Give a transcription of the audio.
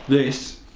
this,